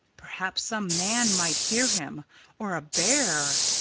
perhaps some man might hear him or a bear!